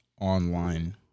online